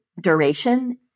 duration